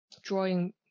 drawing